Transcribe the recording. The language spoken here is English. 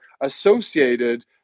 associated